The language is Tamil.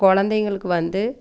குழந்தைங்களுக்கு வந்து